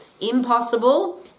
Impossible